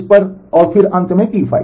तो इस पर और फिर अंत में T5